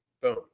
Boom